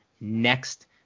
next